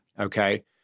Okay